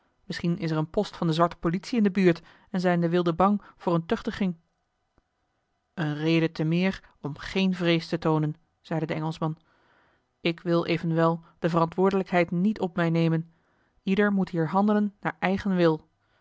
misschien is er een post van de zwarte politie in de buurt en zijn de wilden bang voor eene tuchtiging eene reden te meer om geen vrees te toonen zeide de engelschman ik wil evenwel de verantwoordelijkheid niet op mij nemen ieder moet hier handelen naar eigen wil